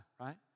right